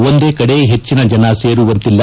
ಒಂದೇ ಕಡೆ ಹೆಚ್ಚಿನ ಜನ ಸೇರುವಂತಿಲ್ಲ